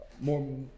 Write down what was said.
more